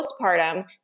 postpartum